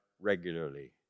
regularly